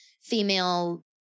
female